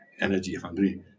energy-hungry